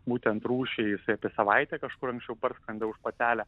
būtent rūšiai jisai apie savaitę kažkur anksčiau parskrenda už patelę